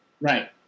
Right